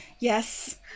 Yes